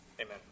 amen